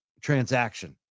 transaction